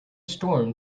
storm